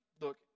look